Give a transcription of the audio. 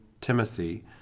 Timothy